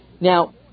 Now